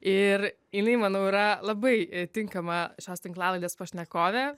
ir jinai manau yra labai tinkama šios tinklalaidės pašnekovė